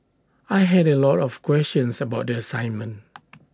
I had A lot of questions about the assignment